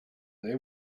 they